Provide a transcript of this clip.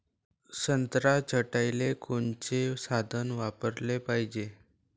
संत्रा छटाईले कोनचे साधन वापराले पाहिजे?